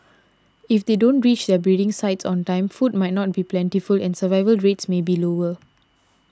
if they don't reach their breeding sites on time food might not be plentiful and survival rates may be lower